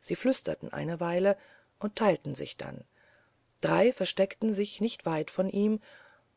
sie flüsterten eine weile und teilten sich dann drei versteckten sich nicht weit von ihm